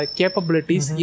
capabilities